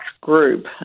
group